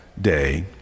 day